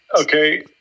Okay